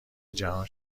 جهان